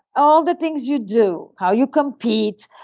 all the things you do, how you compete,